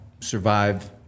survive